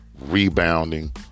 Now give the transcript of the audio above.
rebounding